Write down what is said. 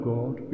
God